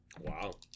Wow